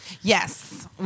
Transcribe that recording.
yes